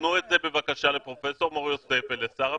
תפנו את זה בבקשה לפרופסור מור יוסף ולשר הפנים.